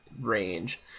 range